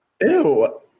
Ew